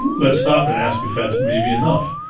let's stop and ask if that's maybe enough.